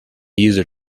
user